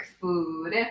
food